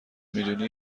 میدونی